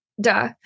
duh